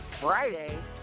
Friday